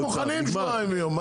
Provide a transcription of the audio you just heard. הם מוכנים לשבועיים ויום.